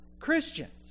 Christians